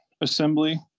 assembly